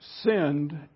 sinned